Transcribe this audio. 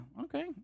okay